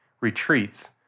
retreats